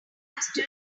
hamster